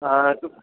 ਹਾਂ